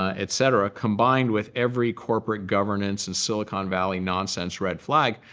ah et cetera, combined with every corporate governance and silicon valley nonsense red flag.